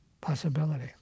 possibility